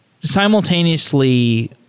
simultaneously